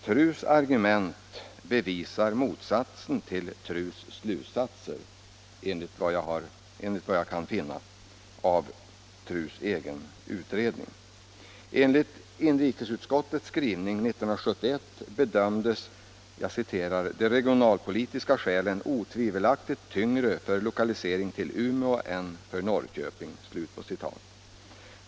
TRU:s argument bevisar motsatsen mot dess slutsatser, enligt vad jag kan finna av TRU:s egen utredning. Enligt inrikesutskottets skrivning 1971 bedömdes ”de regionalpolitiska skälen otvivelaktigt tyngre för lokalisering till Umeå än för Norrköping”.